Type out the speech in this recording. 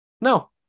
No